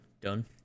done